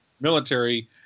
military